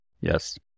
Yes